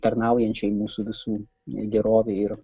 tarnaujančiai mūsų visų gerovei ir